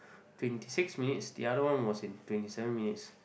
twenty six minutes the other one was in twenty seven minutes